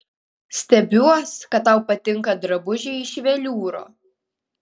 stebiuos kad tau patinka drabužiai iš veliūro